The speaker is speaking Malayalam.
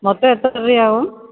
മൊത്തം എത്ര രൂപയാവും